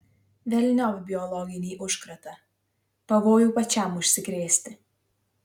velniop biologinį užkratą pavojų pačiam užsikrėsti